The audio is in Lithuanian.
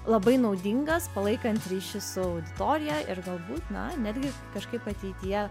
labai naudingas palaikant ryšį su auditorija ir galbūt na netgi kažkaip ateityje